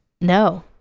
No